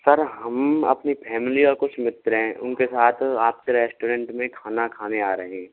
sir हम अपनी family और कुछ मित्र है उनके साथ आपके रेस्टोरेंट में खाना खाने आ रहे हैं